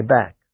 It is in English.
back